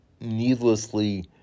needlessly